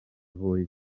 fwyd